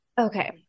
Okay